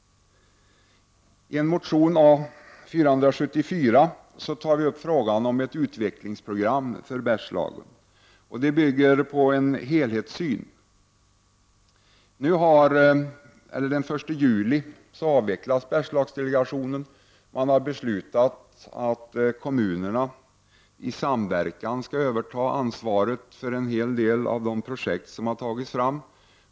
I motion 1989/90:A474 tar vi upp frågan om ett utvecklingsprogram för Bergslagen. Det bygger på en helhetssyn. Den 1 juli avvecklas Bergslagsdelegationen. Man har beslutat att kommunerna i samverkan skall överta ansvaret för en hel del av de projekt som har tagits fram.